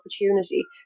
opportunity